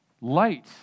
light